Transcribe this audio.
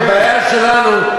הבעיה שלנו,